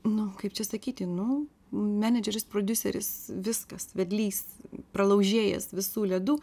nu kaip čia sakyti nu menedžeris prodiuseris viskas vedlys pralaužėjas visų ledų